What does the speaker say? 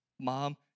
Mom